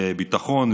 לביטחון,